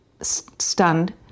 Stunned